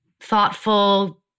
thoughtful